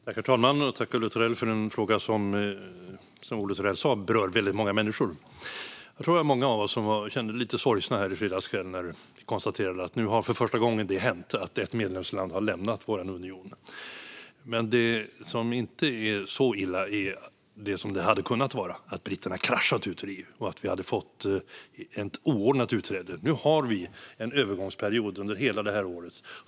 Herr talman! Tack, Olle Thorell, för en fråga som berör väldigt många människor! Jag tror att många av oss kände sig lite sorgsna i fredags kväll, när det konstaterades att nu har för första gången det hänt att ett medlemsland har lämnat vår union. Men det är inte så illa som det hade kunnat vara om britterna kraschat ut ur EU och vi fått ett oordnat utträde. Nu har vi en övergångsperiod under hela detta år.